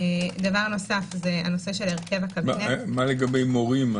דבר נוסף, הנושא של- -- מה לגבי מורים?